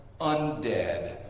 undead